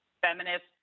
feminist